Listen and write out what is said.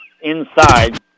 inside